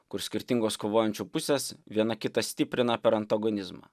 kur skirtingos kovojančių pusės viena kitą stiprina per antagonizmą